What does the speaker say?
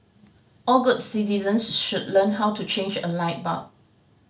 all good citizens should learn how to change a light bulb